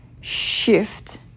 shift